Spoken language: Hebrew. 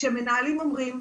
שמנהלים אומרים,